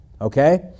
Okay